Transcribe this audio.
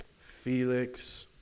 Felix